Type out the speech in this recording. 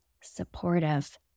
supportive